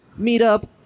meetup